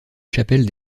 chapelle